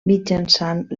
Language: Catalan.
mitjançant